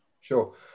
Sure